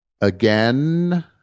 again